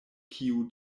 kiu